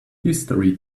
history